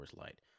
Light